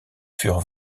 furent